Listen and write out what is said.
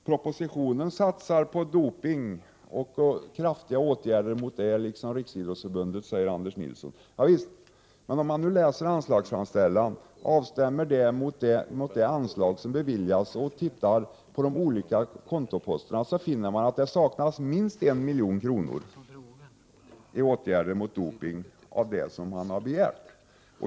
Propositionen satsar på kraftiga åtgärder mot doping, liksom Riksidrottsförbundet, säger Anders Nilsson. Ja visst, men om man stämmer av anslagsframställan mot de anslag som beviljas och ser på de olika kontoposterna, finner man att det saknas minst 1 milj.kr. i åtgärder mot dopning av det som har begärts.